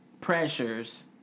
pressures